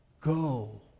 go